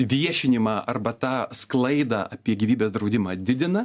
viešinimą arba tą sklaidą apie gyvybės draudimą didina